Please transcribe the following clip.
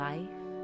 Life